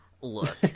Look